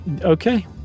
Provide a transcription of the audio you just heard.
Okay